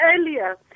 earlier